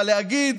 אבל להגיד